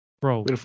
Bro